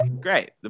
Great